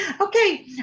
Okay